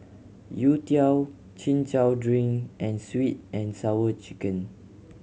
youtiao Chin Chow drink and Sweet And Sour Chicken